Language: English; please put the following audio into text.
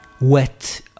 wet